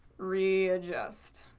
readjust